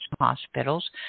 hospitals